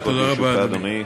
עשר דקות לרשותך, אדוני.